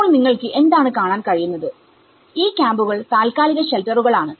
അപ്പോൾ നിങ്ങൾക്ക് എന്താണ് കാണാൻ കഴിയുന്നത് ഈ ക്യാമ്പുകൾ താൽക്കാലിക ഷെൽട്ടറുകൾ ആണ്